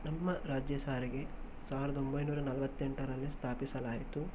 ನಮ್ಮ ರಾಜ್ಯ ಸಾರಿಗೆ ಸಾವಿರದ ಒಂಬೈನೂರ ನಲವತ್ತೆಂಟರಲ್ಲೇ ಸ್ಥಾಪಿಸಲಾಯಿತು